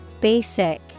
Basic